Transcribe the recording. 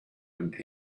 and